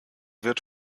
wird